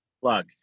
plug